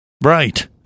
Right